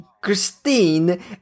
Christine